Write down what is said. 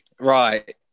Right